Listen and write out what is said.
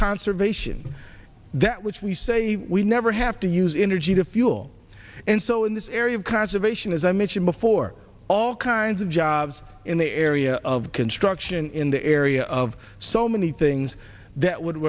conservation that which we say we never have to use energy to fuel and so in this area of conservation as i mentioned before all kinds of jobs in the area of construction in the area of so many things that would